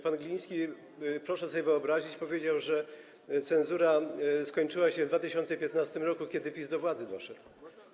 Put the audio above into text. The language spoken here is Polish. Pan Gliński, proszę sobie wyobrazić, powiedział, że cenzura skończyła się w 2015 r., kiedy PiS doszedł do władzy.